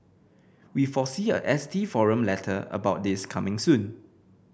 we foresee a S T forum letter about this coming soon